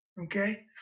okay